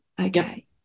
Okay